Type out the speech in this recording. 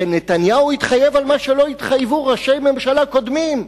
נתניהו התחייב על מה שלא התחייבו ראשי ממשלה קודמים,